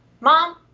mom